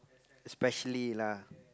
specially lah